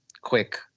quick